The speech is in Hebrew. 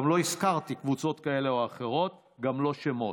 גם לא הזכרתי קבוצות כאלה או אחרות, גם לא שמות.